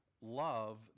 love